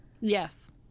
yes